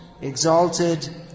exalted